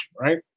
right